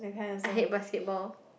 I hate basketball